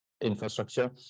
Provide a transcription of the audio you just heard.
infrastructure